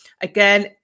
again